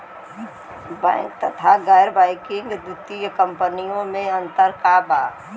Bank तथा गैर banking वित्तीय कम्पनीयो मे अन्तर का बा?